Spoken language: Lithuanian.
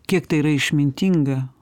kiek tai yra išmintinga